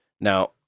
Now